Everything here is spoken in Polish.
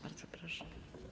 Bardzo proszę.